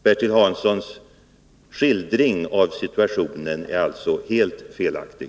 Bertil Hanssons skildring av situationen är alltså helt felaktig.